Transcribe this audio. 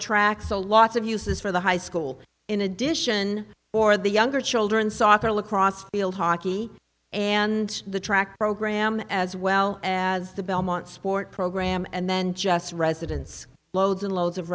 track so lots of uses for the high school in addition for the younger children soccer lacrosse field hockey and the track program as well as the belmont sport program and then just residents loads and loads of